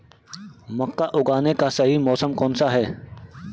मक्का उगाने का सही मौसम कौनसा है?